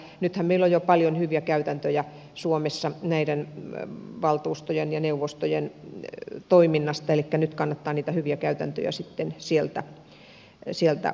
nythän meillä on jo paljon hyviä käytäntöjä suomessa näiden valtuustojen ja neuvostojen toiminnasta elikkä nyt kannattaa niitä hyviä käytäntöjä sitten sieltä ottaa